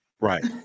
right